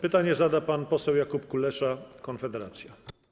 Pytanie zada pan poseł Jakub Kulesza, Konfederacja.